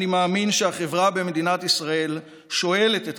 אני מאמין שהחברה במדינת ישראל שואלת את